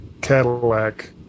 Cadillac